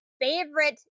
favorite